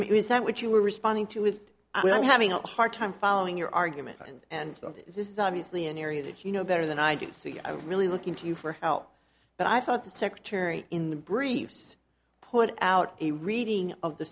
mean is that what you were responding to with i mean i'm having a hard time following your argument and this is obviously an area that you know better than i do think i'm really looking to you for help but i thought the secretary in the briefs put out a reading of the